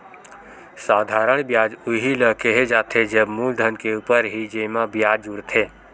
साधारन बियाज उही ल केहे जाथे जब मूलधन के ऊपर ही जेमा बियाज जुड़थे